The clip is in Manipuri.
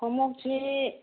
ꯈꯣꯡꯎꯞꯁꯤ